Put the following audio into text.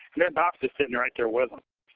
and there's officers sitting right there with them.